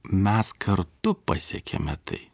mes kartu pasiekėme tai